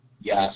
Yes